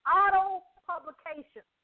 auto-publication